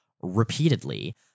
repeatedly